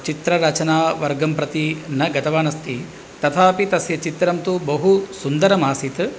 चित्ररचनावर्गं प्रति न गतवानस्ति तथापि तस्य चित्रं तु बहु सुन्दरमासीत्